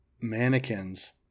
mannequins